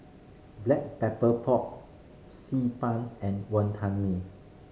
Black Pepper Pork Xi Ban and Wonton Mee